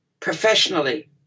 professionally